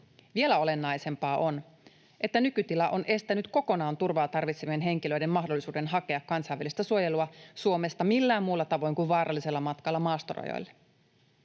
Vielä olennaisempaa on, että nykytila on estänyt kokonaan turvaa tarvitsevien henkilöiden mahdollisuuden hakea kansainvälistä suojelua Suomesta millään muulla tavoin kuin vaarallisella matkalla maastorajoille.